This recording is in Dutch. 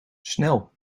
snel